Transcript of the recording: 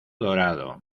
dorado